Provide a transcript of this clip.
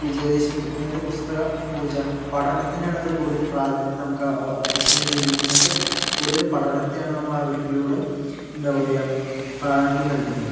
വിജയദശമി അതായത് പുസ്തക പൂജ പഠനത്തിനാണ് അവർ കൂടുതൽ പ്രാതിനിത്യം നമുക്ക് ലക്ഷ്മി ദേവി അങ്ങനത്തെ കൂടുതൽ പഠനത്തെയാണ് നമ്മൾ അവരിലൂടെ എന്താ പറയുക പ്രാതിനിത്യം നൽകുന്നത്